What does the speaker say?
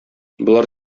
болар